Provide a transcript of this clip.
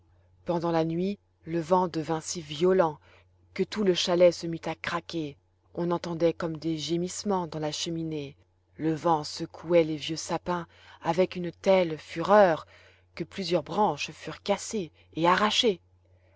pendant la nuit le vent devint si violent que tout le chalet se mit à craquer on entendait comme des gémissements dans la cheminée le vent secouait les vieux sapins avec une telle fureur que plusieurs branches furent cassées et arrachées